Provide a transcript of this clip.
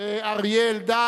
ואריה אלדד,